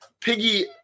Piggy